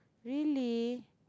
really